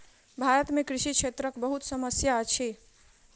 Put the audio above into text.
भारत में कृषि क्षेत्रक बहुत समस्या अछि